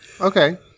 Okay